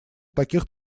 таких